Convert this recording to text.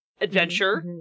adventure